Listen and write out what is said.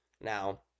now